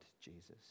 Jesus